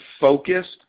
focused